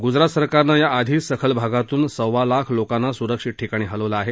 गुजरात सरकारनं याआधीच सखल भागातून सव्वा लाख लोकांना सुरक्षित ठिकाणी हलवलं आहे